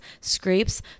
scrapes